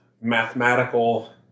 mathematical